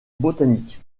botanique